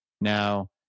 Now